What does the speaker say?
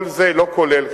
כל זה לא כולל,